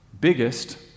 biggest